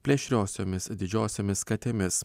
plėšriosiomis didžiosiomis katėmis